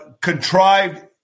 contrived